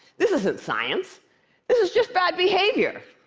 this isn't science. this is just bad behavior.